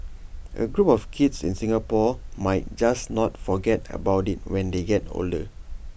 A group of kids in Singapore might just not forget about IT when they get older